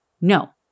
No